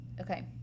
Okay